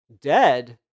Dead